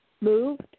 moved